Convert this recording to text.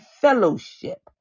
fellowship